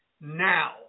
now